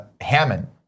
Hammond